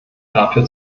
dafür